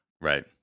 Right